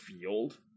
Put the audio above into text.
field